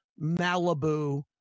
Malibu